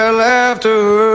laughter